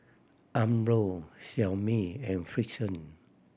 Umbro Xiaomi and Frixion